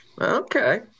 Okay